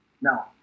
No